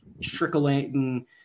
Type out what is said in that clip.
trickling